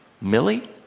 Millie